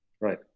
right